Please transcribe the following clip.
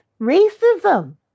racism